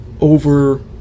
over